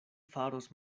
faros